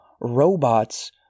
robots